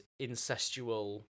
incestual